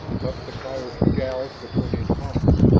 cupped the coyote's jowls between his palms.